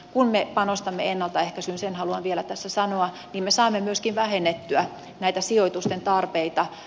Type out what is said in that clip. kun me panostamme ennaltaehkäisyyn sen haluan vielä tässä sanoa me saamme myöskin vähennettyä näitä sijoitusten tarpeita